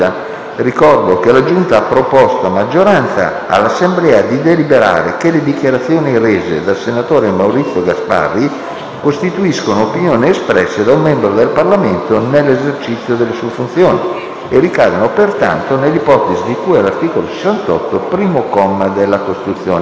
parlamentari ha proposto, a maggioranza, all'Assemblea di deliberare che le dichiarazioni rese dal senatore Maurizio Gasparri costituiscono opinioni espresse da un membro del Parlamento nell'esercizio delle sue funzioni e ricadono pertanto nell'ipotesi di cui all'articolo 68, primo comma, della Costituzione.